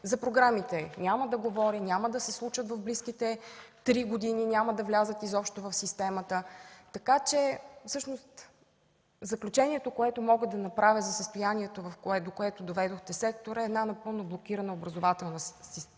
За програмите няма да говоря, няма да се случат в близките три години, няма да влязат изобщо в системата. Всъщност заключението, което мога да направя за състоянието, до което доведохте сектора, е една напълно блокирана образователна реформа,